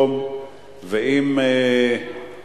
חוק ומשפט